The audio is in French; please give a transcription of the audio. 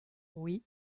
oui